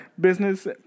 business